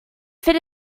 fit